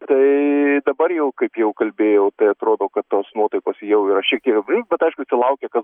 tai dabar jau kaip jau kalbėjau tai atrodo kad tos nuotaikos jau yra šiek tiek aprimę bet aišku čia laukia kas